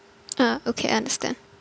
ah okay understand